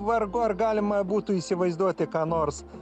vargu ar galima būtų įsivaizduoti ką nors